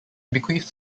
bequeathed